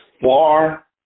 far